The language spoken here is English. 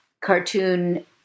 cartoon